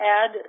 add